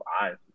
eyes